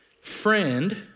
friend